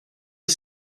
les